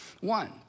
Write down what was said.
one